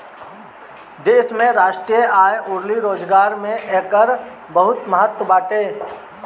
देश के राष्ट्रीय आय अउरी रोजगार में एकर बहुते महत्व बाटे